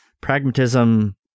pragmatism